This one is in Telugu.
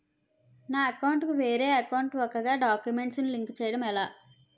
నా అకౌంట్ కు వేరే అకౌంట్ ఒక గడాక్యుమెంట్స్ ను లింక్ చేయడం ఎలా?